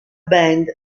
band